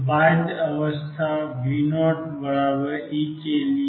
तो बाध्य अवस्था V0E के लिए